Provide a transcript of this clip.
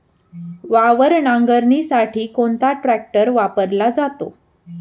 वावर नांगरणीसाठी कोणता ट्रॅक्टर वापरला जातो?